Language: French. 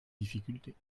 difficultés